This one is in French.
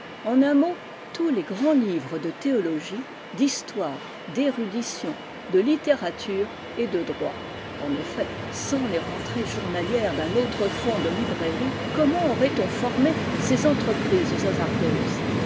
en un mot tous les grands livres de théologie d'histoire d'érudition de littérature et de droit en effet sans les rentrées journalières d'un autre fonds de librairie comment aurait-on formé ces entreprises hasardeuses